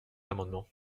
amendement